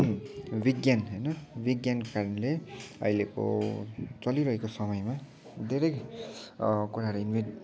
विज्ञान होइन विज्ञानको कारणले अहिलेको चलिरहेको समयमा धेरै कुराहरू इन्भेन्ट